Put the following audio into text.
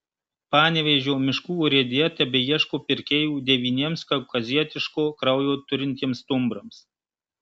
panevėžio miškų urėdija tebeieško pirkėjų devyniems kaukazietiško kraujo turintiems stumbrams